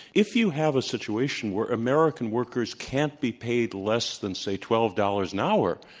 if you have a situation where american workers can't be paid less than, say, twelve dollars an hour,